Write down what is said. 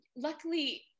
Luckily